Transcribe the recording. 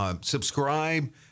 subscribe